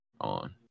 on